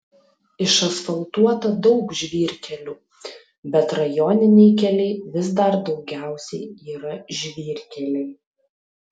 išasfaltuota daug žvyrkelių bet rajoniniai keliai vis dar daugiausiai yra žvyrkeliai